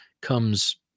comes